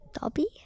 Dobby